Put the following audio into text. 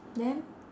then